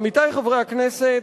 עמיתי חברי הכנסת,